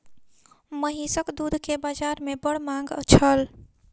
महीसक दूध के बाजार में बड़ मांग छल